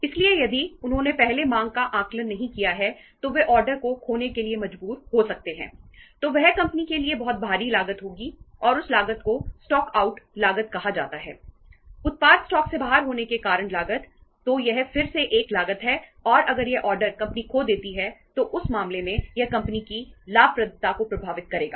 इसलिए यदि उन्होंने पहले मांग का आकलन नहीं किया है तो वे ऑर्डर कंपनी खो देती है तो उस मामले में यह कंपनी की लाभप्रदता को प्रभावित करेगा